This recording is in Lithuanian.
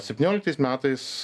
septynioliktais metais